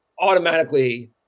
automatically